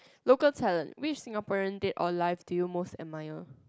local talent which Singaporean date all life do you most admire